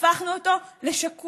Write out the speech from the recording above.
הפכנו אותו לשקוף.